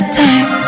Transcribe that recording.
time